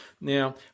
Now